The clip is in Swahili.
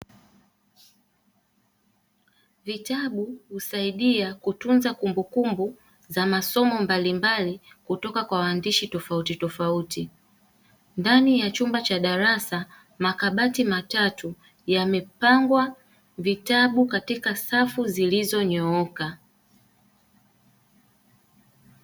Vitabu husaidia kutunza kumbukumbu za masomo mbalimbali kutoka kwa waandishi tofautitofauti ndani ya chumba cha darasa, makabati matatu yamepangwa vitabu katika safu zilizonyooka.